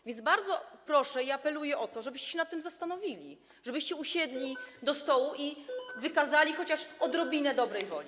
A więc bardzo proszę i apeluję o to, żebyście się nad tym zastanowili, żebyście usiedli do stołu i wykazali chociaż odrobinę dobrej woli.